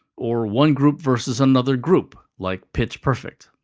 or one group vs. another group, like pitch perfect.